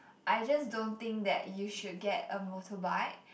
I just don't think that you should get a motorbike